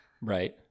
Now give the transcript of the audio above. Right